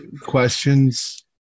questions